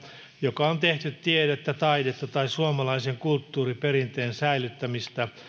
joka on tehty tiedettä taidetta tai suomalaisen kulttuuriperinteen säilyttämistä